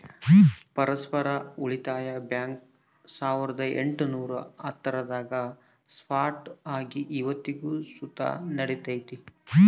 ಪರಸ್ಪರ ಉಳಿತಾಯ ಬ್ಯಾಂಕ್ ಸಾವುರ್ದ ಎಂಟುನೂರ ಹತ್ತರಾಗ ಸ್ಟಾರ್ಟ್ ಆಗಿ ಇವತ್ತಿಗೂ ಸುತ ನಡೆಕತ್ತೆತೆ